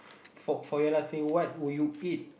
for for your last thing what will you eat